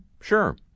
Sure